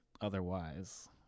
Otherwise